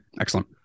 excellent